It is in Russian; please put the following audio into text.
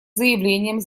заявлением